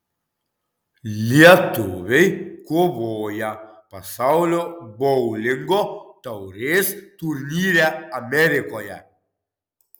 lietuviai kovoja pasaulio boulingo taurės turnyre amerikoje